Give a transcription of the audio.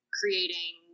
creating